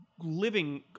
living